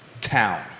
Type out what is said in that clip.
Town